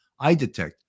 iDetect